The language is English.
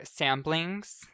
samplings